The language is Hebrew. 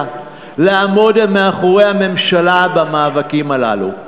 לעמוד מאחורי הממשלה במאבקים הללו.